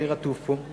די רטוב פה.